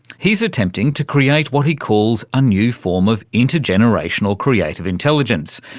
he's attempting to create what he calls a new form of inter-generational creative intelligence,